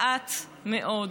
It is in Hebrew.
מעט מאוד.